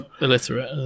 Illiterate